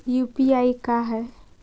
UPI का है?